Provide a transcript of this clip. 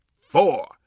four